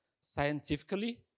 scientifically